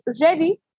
ready